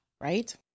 Right